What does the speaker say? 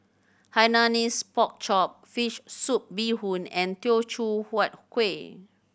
Hainanese Pork Chop fish soup bee hoon and Teochew Huat Kueh